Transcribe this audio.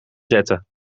zetten